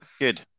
good